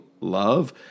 love